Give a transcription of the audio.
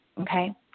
okay